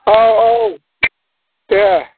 औ औ देह